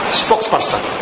spokesperson